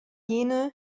jene